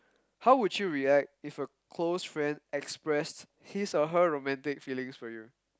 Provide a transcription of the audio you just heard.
how would you react if a close friend expressed his or her romantic feelings for you